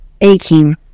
aching